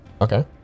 Okay